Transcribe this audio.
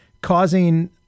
causing